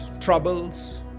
troubles